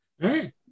right